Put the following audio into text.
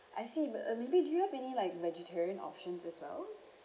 I see but uh maybe do you have any like vegetarian options as well